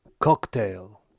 cocktail